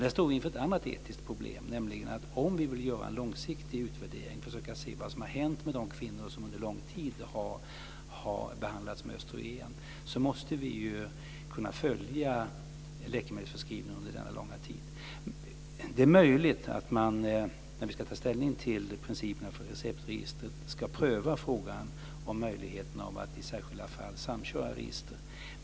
Där står vi inför ett annat etiskt problem. Om vi vill göra en långsiktig utvärdering, försöka se vad som har hänt med de kvinnor som under lång tid har behandlats med östrogen, måste vi kunna följa läkemedelsförskrivningen under denna långa tid. Det är möjligt att man när vi ska ta ställning till principerna för receptregistret ska pröva möjligheten att i särskilda fall samköra register.